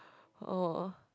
oh